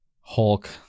Hulk